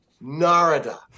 Narada